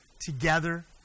together